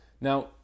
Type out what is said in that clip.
Now